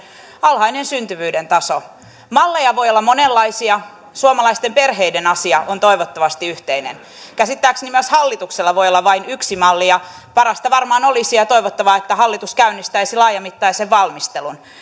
alhainen syntyvyyden taso malleja voi olla monenlaisia suomalaisten perheiden asia on toivottavasti yhteinen käsittääkseni myös hallituksella voi olla vain yksi malli ja parasta varmaan olisi ja toivottavaa että hallitus käynnistäisi laajamittaisen valmistelun